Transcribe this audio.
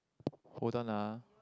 hold on lah